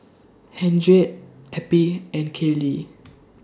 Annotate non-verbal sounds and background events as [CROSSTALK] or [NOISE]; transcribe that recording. Henriette Eppie and Caylee [NOISE]